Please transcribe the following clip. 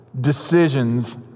decisions